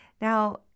Now